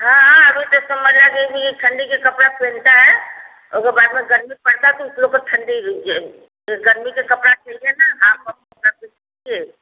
हाँ हाँ अभी तो सब मज़ा से ठंडी का कपड़ा पहनता है और बार बार गर्मी पड़ता है तो उन लोग को ठंडी गर्मी का कपड़ा ठीक है ना हाफ वाफ चाइए